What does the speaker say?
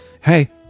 hey